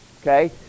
Okay